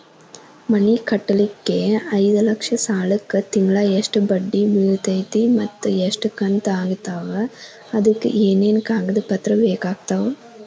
ಮನಿ ಕಟ್ಟಲಿಕ್ಕೆ ಐದ ಲಕ್ಷ ಸಾಲಕ್ಕ ತಿಂಗಳಾ ಎಷ್ಟ ಬಡ್ಡಿ ಬಿಳ್ತೈತಿ ಮತ್ತ ಎಷ್ಟ ಕಂತು ಆಗ್ತಾವ್ ಅದಕ ಏನೇನು ಕಾಗದ ಪತ್ರ ಬೇಕಾಗ್ತವು?